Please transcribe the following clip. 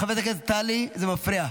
חברת הכנסת טלי, זה מפריע.